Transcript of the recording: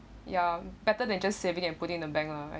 ya better than just saving and putting in the bank lah